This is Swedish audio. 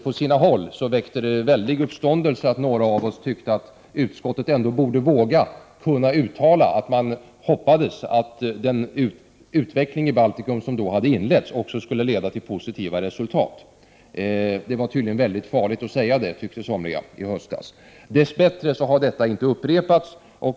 På sina håll väckte det väldig uppståndelse att några av oss tyckte att utskottet borde våga uttala att man hoppas att den utveckling i Baltikum som hade inletts skulle leda till positiva resultat. Det var tydligen väldigt farligt att säga det, tyckte somliga i höstas. Dess bättre har detta inte upprepats.